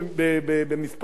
שבארבעת החודשים האחרונים,